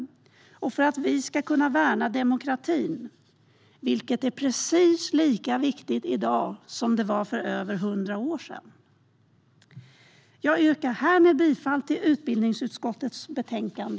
Det är också viktigt för att vi ska kunna värna demokratin, vilket är precis lika viktigt i dag som det var för över hundra år sedan. Jag yrkar härmed bifall till utbildningsutskottets förslag.